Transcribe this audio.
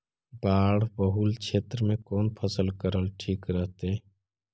बाढ़ बहुल क्षेत्र में कौन फसल करल ठीक रहतइ?